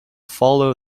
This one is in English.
follow